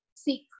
seek